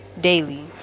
daily